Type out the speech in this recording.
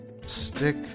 stick